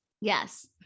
Yes